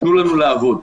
תנו לנו לעבוד.